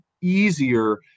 easier